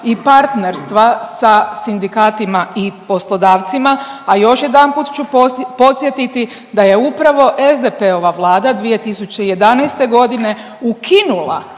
i partnerstva sa sindikatima i poslodavcima, a još jedanput ću podsjetiti da je upravo SDP-ova vlada 2011. g. ukinula